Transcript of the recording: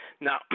Now